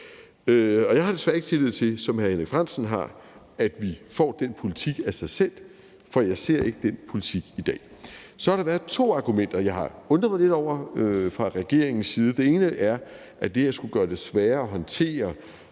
Og jeg har desværre ikke tillid til, som hr. Henrik Frandsen har, at vi får den politik af sig selv, for jeg ser ikke den politik i dag. Så har der været to argumenter fra regeringens side, jeg har undret mig lidt over. Det ene er, at det her skulle gøre det sværere at håndtere